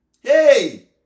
Hey